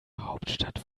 hauptstadt